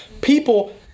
People